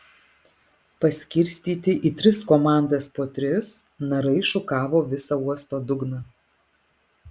paskirstyti į tris komandas po tris narai šukavo visą uosto dugną